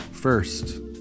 First